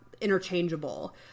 interchangeable